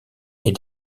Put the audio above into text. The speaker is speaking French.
est